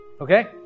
Okay